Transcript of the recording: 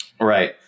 Right